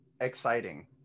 exciting